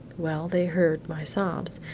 well, they heard my sobs,